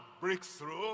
breakthrough